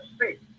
see